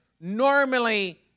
normally